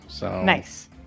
Nice